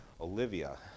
Olivia